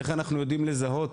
איך אנחנו יודעים לזהות